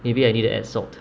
maybe I need to add salt